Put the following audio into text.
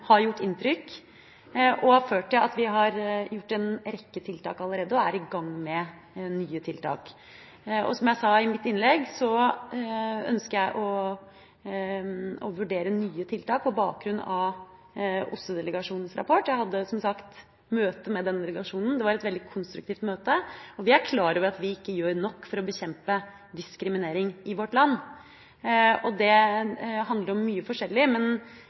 har gjort inntrykk og har ført til at vi har gjort en rekke tiltak allerede og er i gang med nye tiltak. Som jeg sa i mitt innlegg, ønsker jeg å vurdere nye tiltak på bakgrunn av OSSE-delegasjonens rapport. Jeg hadde som sagt møte med denne delegasjonen. Det var et veldig konstruktivt møte. Vi er klar over at vi ikke gjør nok for å bekjempe diskriminering i vårt land. Det handler om mye forskjellig,